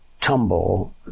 tumble